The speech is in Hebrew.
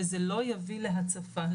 וזה לא יביא להצפה,